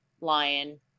lion